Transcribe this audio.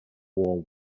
war